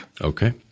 Okay